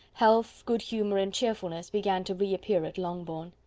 health, good humour, and cheerfulness began to reappear at longbourn.